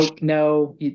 no